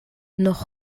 noch